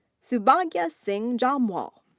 sobhagya singh jamwal.